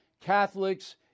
catholics